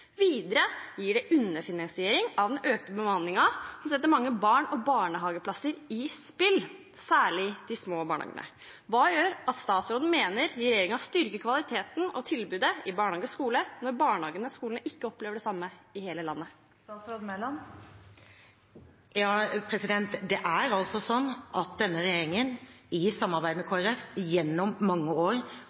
Videre gir det en underfinansiering av den økte bemanningen, som setter mange barn og barnehageplasser i spill, særlig i de små barnehagene. Hva er det som gjør at statsråden mener at regjeringen styrker kvaliteten og tilbudet i barnehager og skoler, når barnehagene og skolene ikke opplever det samme i hele landet?